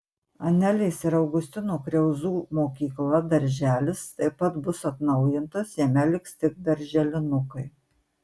anelės ir augustino kriauzų mokykla darželis taip pat bus atnaujintas jame liks tik darželinukai